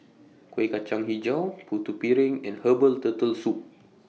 Kueh Kacang Hijau Putu Piring and Herbal Turtle Soup